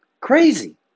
Crazy